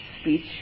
speech